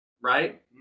Right